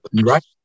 right